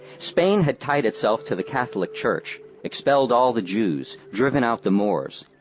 spain had tied itself to the catholic church, expelled all the jews, driven out the moors.